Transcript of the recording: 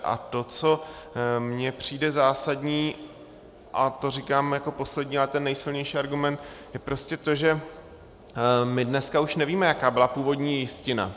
A to, co mně přijde zásadní, a to říkám jako poslední, ale ten nejsilnější argument, tak prostě to, že my dneska už nevíme, jaká byla původní jistina.